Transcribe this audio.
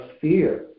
fear